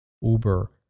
Uber